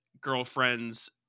girlfriends